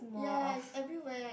ya it's everywhere